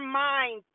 mind